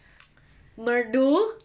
merdu